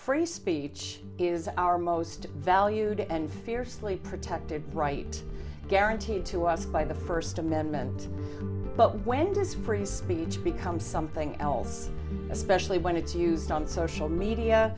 free speech is our most valued and fiercely protected right guaranteed to us by the first amendment but when does free speech become something else especially when it's used on social media